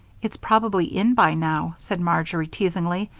it's probably in by now, said marjory, teasingly.